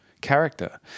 character